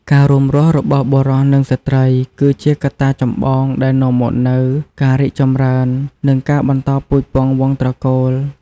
ការរួមរស់របស់បុរសនិងស្ត្រី គឺជាកត្តាចម្បងដែលនាំមកនូវការរីកចម្រើន និងការបន្តពូជពង្សវង្សត្រកូល។